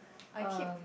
I keep